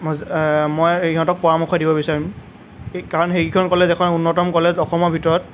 মজ মই ইহঁতক পৰামৰ্শ দিব বিচাৰিম সেই কাৰণ সেইকেইখন কলেজ উন্নত কলেজ অসমৰ ভিতৰত